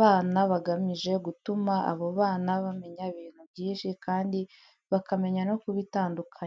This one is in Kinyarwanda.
bana bagamije gutuma abo bana bamenya ibintu byinshi kandi bakamenya no kubitandukanya.